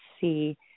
see